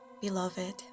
beloved